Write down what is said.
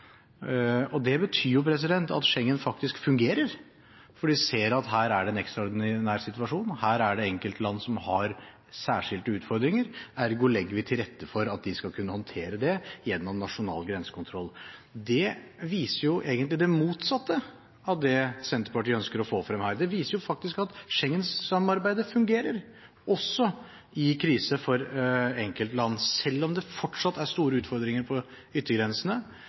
grensekontrollen. Det betyr at Schengen faktisk fungerer, for de ser at her er det en ekstraordinær situasjon, her er det enkeltland som har særskilte utfordringer, ergo legger vi til rette for at de skal kunne håndtere det gjennom nasjonal grensekontroll. Det viser egentlig det motsatte av det Senterpartiet ønsker å få frem her. Det viser at Schengen-samarbeidet faktisk fungerer også i krise for enkeltland, selv om det fortsatt er store utfordringer på yttergrensene